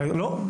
לא.